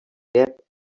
gap